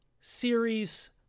series